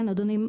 כן, אדוני.